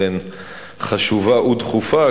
אכן חשובה ודחופה,